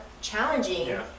challenging